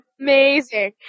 amazing